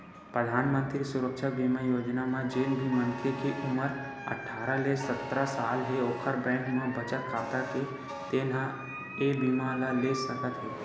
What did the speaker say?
परधानमंतरी सुरक्छा बीमा योजना म जेन भी मनखे के उमर अठारह ले सत्तर साल हे ओखर बैंक म बचत खाता हे तेन ह ए बीमा ल ले सकत हे